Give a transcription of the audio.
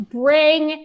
bring